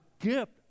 gift